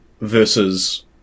versus